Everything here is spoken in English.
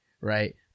right